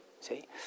see